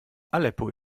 aleppo